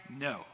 No